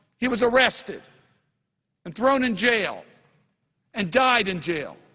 he was arrested and thrown in jail and died in jail.